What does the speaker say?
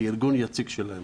כארגון יציג שלהם.